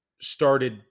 started